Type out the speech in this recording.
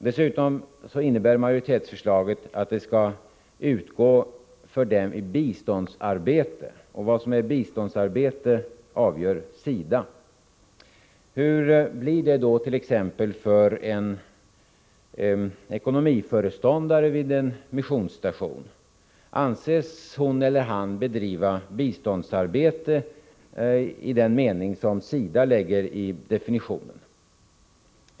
Dessutom innebär majoritetsförslaget att bidrag skall utgå för dem i biståndsarbete, och vad som är biståndsarbete avgör SIDA. Hur blir det då t.ex. för en ekonomiföreståndare vid en missionsstation? Anses hon eller han bedriva biståndsarbete i den mening som SIDA lägger i definitionen?